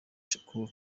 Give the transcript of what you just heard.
shakur